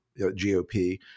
GOP